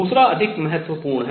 दूसरा अधिक महत्वपूर्ण है